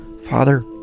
Father